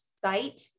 site